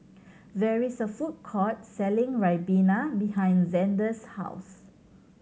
there is a food court selling ribena behind Zander's house